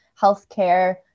healthcare